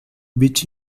which